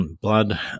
Blood